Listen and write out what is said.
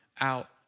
out